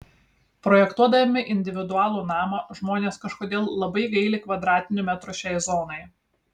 projektuodami individualų namą žmonės kažkodėl labai gaili kvadratinių metrų šiai zonai